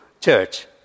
church